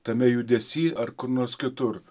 tame judesy ar kur nors kitur